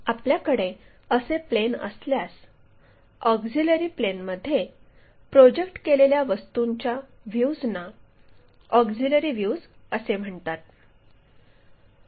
आपल्याकडे असे प्लेन असल्यास ऑक्झिलिअरी प्लेनमध्ये प्रोजेक्ट केलेल्या वस्तूंच्या व्ह्यूजना ऑक्झिलिअरी व्ह्यूज असे म्हणतात